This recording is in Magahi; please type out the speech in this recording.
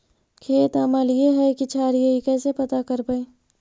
खेत अमलिए है कि क्षारिए इ कैसे पता करबै?